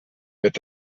wird